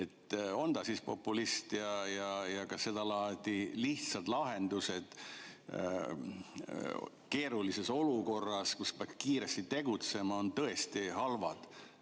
On ta siis populist ja kas sedalaadi lihtsad lahendused keerulises olukorras, kus peaks kiiresti tegutsema, on tõesti halvad?